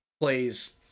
Plays